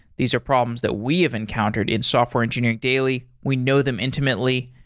these are problems that we have encountered in software engineering daily. we know them intimately,